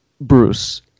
Bruce